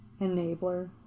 Enabler